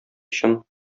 чын